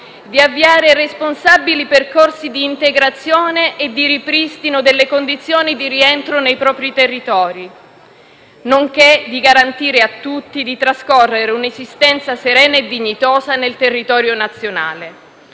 avviare responsabili percorsi di integrazione e di ripristino delle condizioni di rientro nei propri territori, nonché garantire a tutti di trascorrere un'esistenza serena e dignitosa nel territorio nazionale.